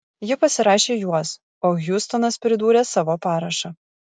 ji pasirašė juos o hjustonas pridūrė savo parašą